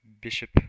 Bishop